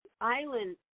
island